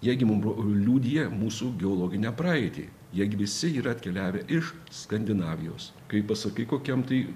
jie gi mum liudija mūsų geologinę praeitį jie visi yra atkeliavę iš skandinavijos kai pasakai kokiam tai